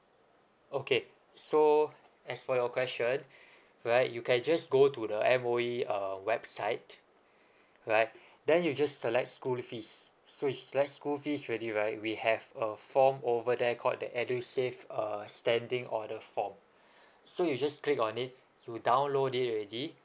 okay so as for your question alright you can just go to the M_O_E uh website alright then you just select school fees so you select school fees already right we have a form over there called the edusave err standing order form so you just click on it to download it already